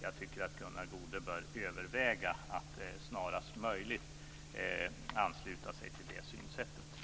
Jag tycker att Gunnar Goude bör överväga att snarast möjligt ansluta sig till det synsättet.